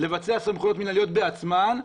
לבצע סמכויות מינהליות בעצמן.